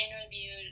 interviewed